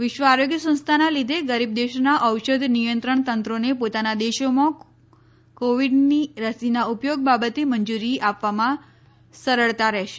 વિશ્વ આરોગ્ય સંસ્થાના લીદે ગરીબ દેશોના ઔષધ નિયંત્રણ તંત્રોને પોતાના દેશોમાં કોવિડની રસીના ઉપયોગ બાબતે મંજૂરી આપવામાં સરળતા રહેશે